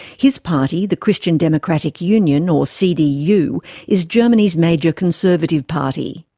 his party, the christian democratic union or cdu is germany's major conservative party.